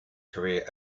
career